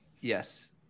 Yes